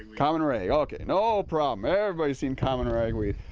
common rag, okay no problem, everybody seen common ragweed,